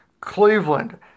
Cleveland